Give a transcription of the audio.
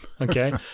Okay